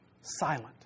silent